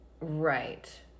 right